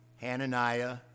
Hananiah